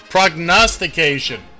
Prognostication